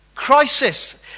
Crisis